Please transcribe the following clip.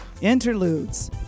Interludes